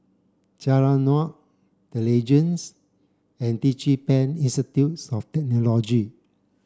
Jalan Naung The Legends and DigiPen Institute of Technology